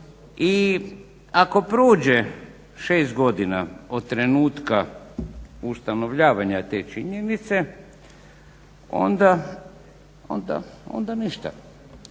I ako prođe 6 godina od trenutka ustanovljavanja te činjenice onda ništa,